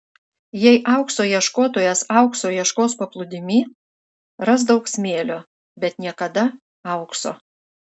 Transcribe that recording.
jei aukso ieškotojas aukso ieškos paplūdimy ras daug smėlio bet niekada aukso